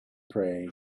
pray